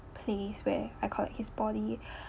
place where I collect his body